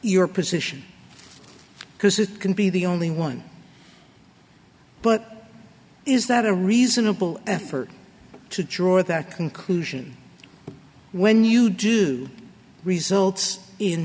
your position because it can be the only one but is that a reasonable effort to draw that conclusion when you do results in